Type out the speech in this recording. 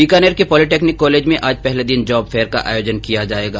बीकानेर के polytechnic college में आज पहले दिन जॉब फेयर का आयोजन किया जाएगा